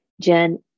Jen